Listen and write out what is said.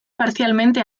parcialmente